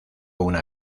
una